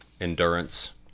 endurance